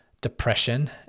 depression